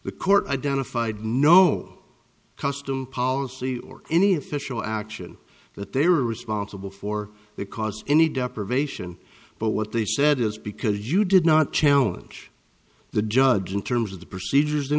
the court identified no custom policy or any official action that they were responsible for the cause any deprivation but what they said is because you did not challenge the judge in terms of the procedures in